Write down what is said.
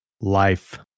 Life